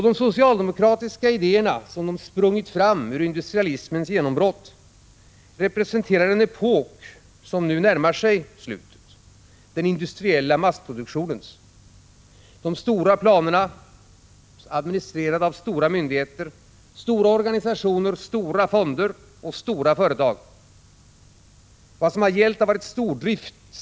De socialdemokratiska idéerna, som sprungit fram ur industrialismens genombrott, representerar en epok som nu närmare sig slutet: den industriella massproduktionens — de stora planerna, administrerade av stora myndigheter, stora organisationer, stora fonder och stora företag. Vad som gällt har varit stordrift.